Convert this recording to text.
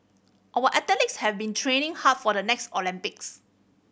our athletes have been training hard for the next Olympics